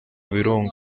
birunga